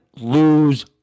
Lose